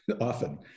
often